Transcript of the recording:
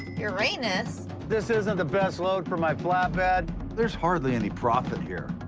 uranus this isn't the best load for my flatbed there's hardly any profit here